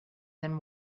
than